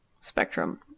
spectrum